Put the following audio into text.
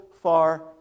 far